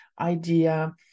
idea